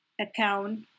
account